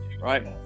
right